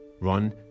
run